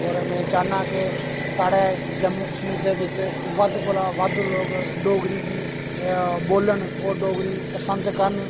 होर में चाह्न्नां कि साढ़े जम्मू कश्मीर दे बिच बद्ध कोला बद्ध डोगरी गी बोलन होर डोगरी गी पसंद करन